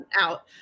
out